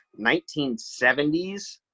1970s